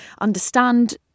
understand